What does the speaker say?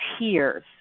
tears